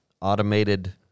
automated